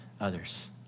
others